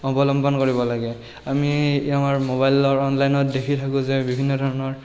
অৱলম্বন কৰিব লাগে আমি আমাৰ মোবাইলৰ অনলাইনত দেখি থাকোঁ যে বিভিন্ন ধৰণৰ